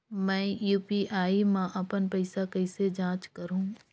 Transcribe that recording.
मैं यू.पी.आई मा अपन पइसा कइसे जांच करहु?